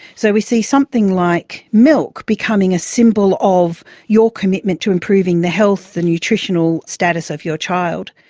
so we see something like milk becoming a symbol of your commitment to improving the health, the nutritional status of your child.